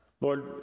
Lord